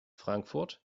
frankfurt